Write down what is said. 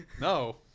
No